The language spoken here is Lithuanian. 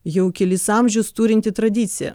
jau kelis amžius turinti tradicija